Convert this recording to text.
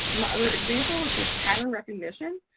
another example, which is pattern recognition.